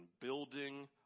building